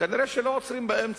כנראה לא עוצרים באמצע,